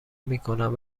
میکنن